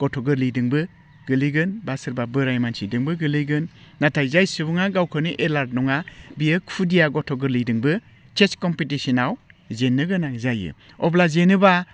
गथ' गोरलैदोंबो गोलैगोन बा सोरबा बोराइ मानसिदोंबो गोलैगोन नाथाय जाय सुबुङा गावखौनो एलार्ट नङा बियो खुदिया गथ' गोरलैबो चेस कम्पिटिशनाव जेननो गोनां जायो अब्ला जेनेबा